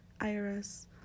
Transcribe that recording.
IRS